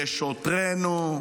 לשוטרינו,